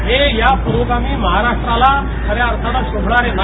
हे या पुरोगामी महाराष्ट्राला खऱ्या अर्थाने शोभणारे नाही